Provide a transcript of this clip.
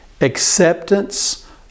acceptance